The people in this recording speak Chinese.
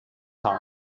市场